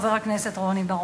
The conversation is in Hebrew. חבר הכנסת רוני בר-און.